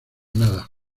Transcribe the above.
nada